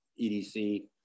edc